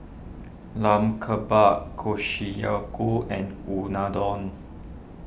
Lamb Kebabs and Unadon